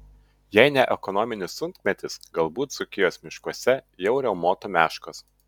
jei ne ekonominis sunkmetis galbūt dzūkijos miškuose jau riaumotų meškos